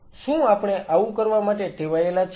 શું આપણે આવું કરવા માટે ટેવાયેલા છીએ